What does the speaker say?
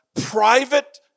Private